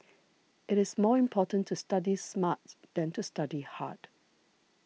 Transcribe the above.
it is more important to study smart than to study hard